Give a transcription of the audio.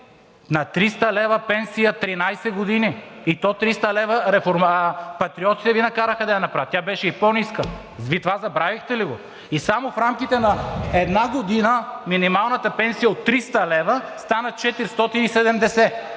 на 300 лв. пенсия 13 години, и то 300 лв. Патриотите Ви накараха да я направите. Тя беше и по-ниска. Вие това забравихте ли го? И само в рамките на една година минималната пенсия от 300 лв. стана 470,